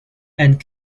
and